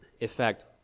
effect